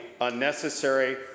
unnecessary